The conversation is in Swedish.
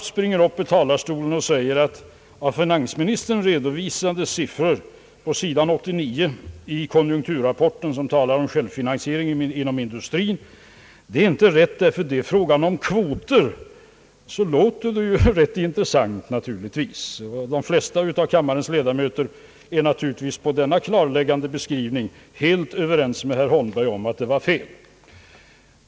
springer upp i talarstolen och säger, att av finansministern redovisade siffror på sid. 89 i konjunkturrapporten, som talar om självfinansieringen inom industrin, inte är riktiga därför att det är fråga om kvoter, så låter det rätt intressant. Många av kammarens ledamöter är naturligtvis efter denna klarläggande beskrivning helt överens med herr Holmberg om att jag hade fel.